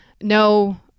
no